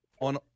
on